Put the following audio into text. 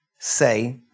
say